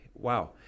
wow